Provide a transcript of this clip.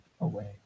away